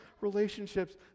relationships